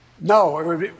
No